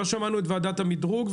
לא שמענו את ועדת המדרוג,